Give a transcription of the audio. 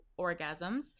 orgasms